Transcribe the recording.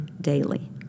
daily